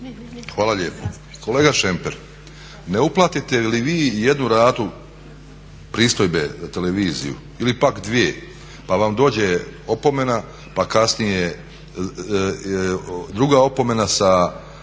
Hvala lijepo. Kolega Šemper, ne uplatite li vi i jednu ratu pristojbe televiziji ili pak dvije pa vam dođe opomena, pa kasnije druga opomena sa